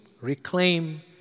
reclaim